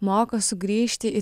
moko sugrįžti į